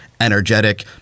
energetic